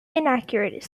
inaccurate